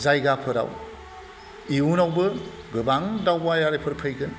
जायगाफोराव इयुनावबो गोबां दावबायारिफोर फैगोन